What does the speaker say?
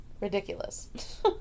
Ridiculous